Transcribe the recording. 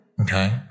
Okay